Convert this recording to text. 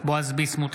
בועז ביסמוט,